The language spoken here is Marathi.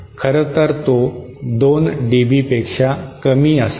खरं तर तो 2 डीबीपेक्षा कमी असावा